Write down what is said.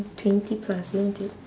twenty plus isn't it